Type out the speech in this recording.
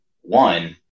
one